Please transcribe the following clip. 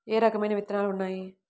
ఏ రకమైన విత్తనాలు ఉన్నాయి?